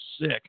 sick